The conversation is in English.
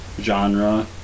genre